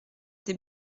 des